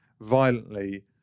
violently